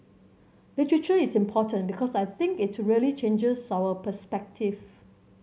literature is important because I think it really changes our perspective